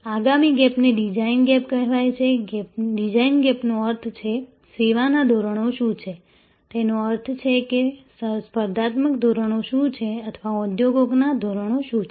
આગામી ગેપને design gap કહેવાય છે ડિઝાઇન ગેપનો અર્થ છે સેવાના ધોરણો શું છે તેનો અર્થ એ છે કે સ્પર્ધાત્મક ધોરણો શું છે અથવા ઉદ્યોગોના ધોરણો શું છે